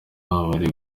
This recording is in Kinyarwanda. bari